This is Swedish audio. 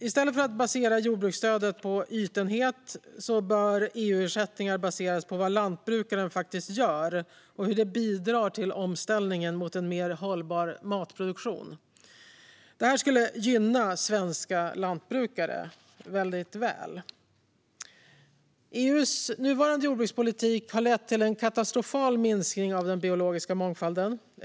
I stället för att basera jordbruksstödet på ytenhet bör EU-ersättningar baseras på vad lantbrukaren faktiskt gör och hur det bidrar till omställningen till en mer hållbar matproduktion. Det skulle gynna svenska lantbrukare väl. EU:s nuvarande jordbrukspolitik har lett till en katastrofal minskning av den biologiska mångfalden.